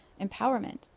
empowerment